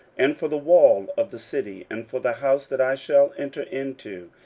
and for the wall of the city, and for the house that i shall enter into.